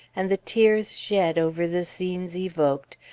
and the tears shed over the scenes evoked,